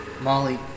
Molly